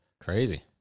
Crazy